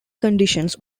conditions